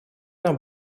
нам